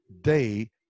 day